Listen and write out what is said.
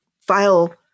file